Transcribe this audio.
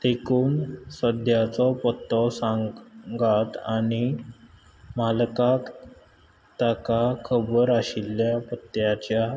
देखून सद्याचो पत्तो सांगात आनी मालकाक ताका खबर आशिल्ल्या पत्त्याच्या